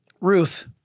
Ruth